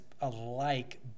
alike